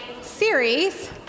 series